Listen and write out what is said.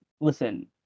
listen